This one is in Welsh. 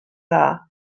dda